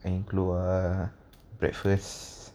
yang keluar breakfast